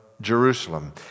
Jerusalem